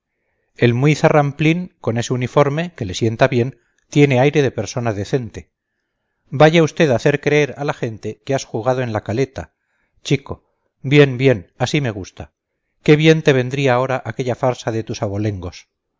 el muy zarramplín con ese uniforme que le sienta bien tiene aire de persona decente vaya usted a hacer creer a la gente que has jugado en la caleta chico bien bien así me gusta qué bien te vendría ahora aquella farsa de tus abolengos